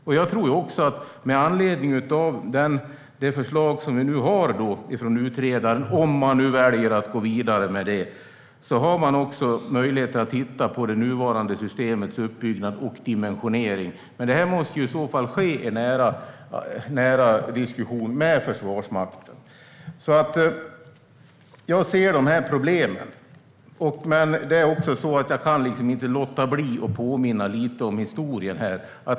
Med det förslag från utredaren som vi nu har, om man väljer att gå vidare med det, finns möjlighet att titta på det nuvarande systemets uppbyggnad och dimensionering. Men detta måste i så fall ske i nära diskussion med Försvarsmakten. Jag ser problemen, men jag kan inte låta bli att påminna lite om historien.